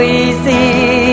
easy